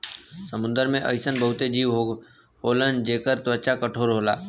समुंदर में अइसन बहुते जीव होलन जेकर त्वचा कठोर होला